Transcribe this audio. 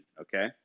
okay